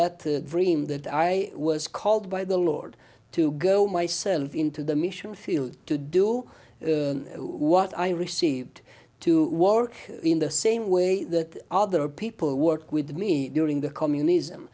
that the dream that i was called by the lord to go myself into the mission field to do what i received to war in the same way that other people work with me during the communism